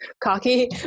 cocky